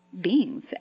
beings